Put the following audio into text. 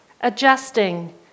adjusting